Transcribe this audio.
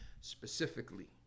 specifically